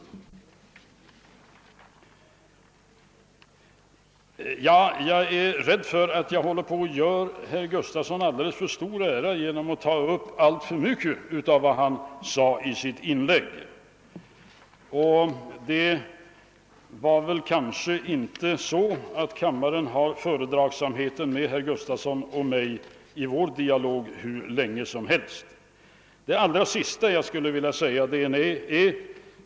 Jag är rädd för att jag håller på att göra herr Gustafson alldeles för stor ära genom att ta upp alltför mycket av vad han sade i sitt inlägg, och det är kanske inte så, att kammaren har fördragsamhet med herr Gustafson och mig i vår dialog hur länge som helst.